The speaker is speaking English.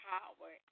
Power